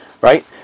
right